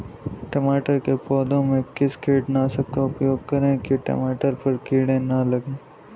टमाटर के पौधे में किस कीटनाशक का उपयोग करें कि टमाटर पर कीड़े न लगें?